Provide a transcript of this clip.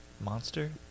monster